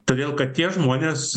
todėl kad tie žmonės